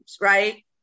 right